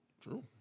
True